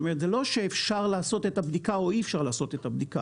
זאת אומרת זה לא שאפשר לעשות את הבדיקה או אי אפשר לעשות את הבדיקה.